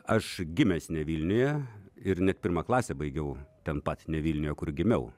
aš gimęs ne vilniuje ir net pirmą klasę baigiau ten pat ne vilniuje kur gimiau